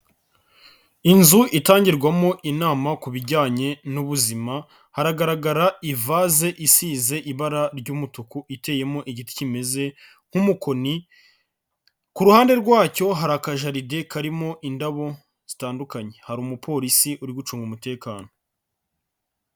Inzu itangirwamo inama ku bijyanye n'ubuzima, haragaragara ivaze isize ibara ry'umutuku iteyemo igiti kimeze nk'umukoni, ku ruhande rwacyo hari akajaride karimo indabo zitandukanye, hari umupolisi uri gucunga umutekano.